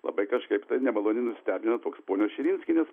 labai kažkaip tai nemaloniai nustebino toks ponios širinskienės